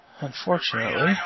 Unfortunately